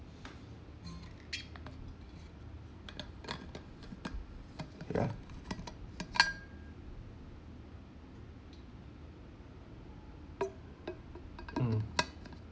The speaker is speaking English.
ya mm